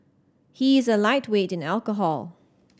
he is a lightweight in alcohol